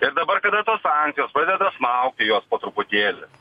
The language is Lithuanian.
ir dabar kada tos sankcijos pradeda smaugti juos po truputėlį